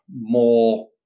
more